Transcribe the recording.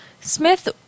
Smith